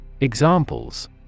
Examples